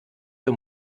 für